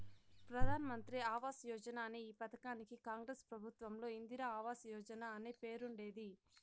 ప్రధాన్ మంత్రి ఆవాస్ యోజన అనే ఈ పథకానికి కాంగ్రెస్ ప్రభుత్వంలో ఇందిరా ఆవాస్ యోజన అనే పేరుండేది